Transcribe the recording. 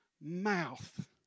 mouth